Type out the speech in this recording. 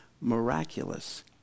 miraculous